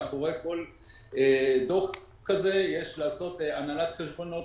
מאחורי כל דוח כזה יש לעשות הנהלת חשבונות,